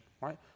right